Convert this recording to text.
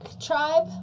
tribe